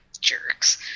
jerks